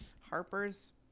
harper's